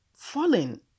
Falling